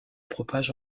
propage